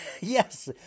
yes